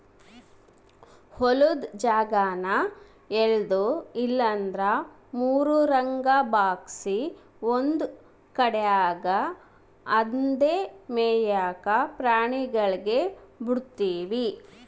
ಹೊಲುದ್ ಜಾಗಾನ ಎಲ್ಡು ಇಲ್ಲಂದ್ರ ಮೂರುರಂಗ ಭಾಗ್ಸಿ ಒಂದು ಕಡ್ಯಾಗ್ ಅಂದೇ ಮೇಯಾಕ ಪ್ರಾಣಿಗುಳ್ಗೆ ಬುಡ್ತೀವಿ